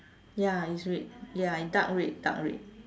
ya it's red ya dark red dark red